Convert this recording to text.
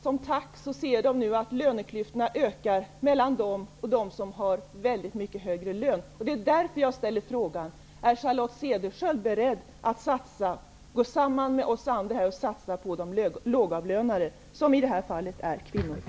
Som tack får de nu se att löneklyftorna mellan de låg och högavlönade ökar ytterligare. Jag frågar därför om Charlotte Cederschiöld är beredd att gå samman med oss andra och satsa på de lågavlönade, som i det här fallet är kvinnorna.